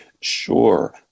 Sure